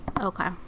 okay